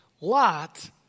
Lot